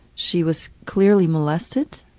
she was clearly molested,